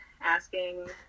asking